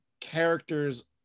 characters